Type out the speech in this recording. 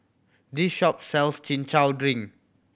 this shop sells Chin Chow drink